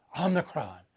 Omicron